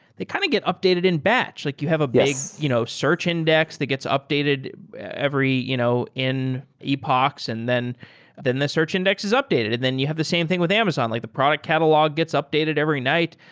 they kindly kind of get updated in batch. like you have a big you know search index that gets updated every you know in epochs, and then then the search index is updated. and then you have the same thing with amazon, like the product catalog gets updated every night.